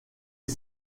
est